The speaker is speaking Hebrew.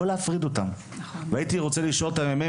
לא להפריד אותם והייתי רוצה לשאול את המ"מ,